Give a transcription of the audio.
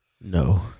No